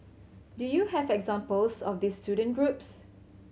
do you have examples of these student groups